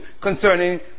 concerning